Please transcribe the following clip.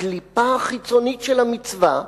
הקליפה החיצונית של המצווה,